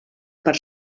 per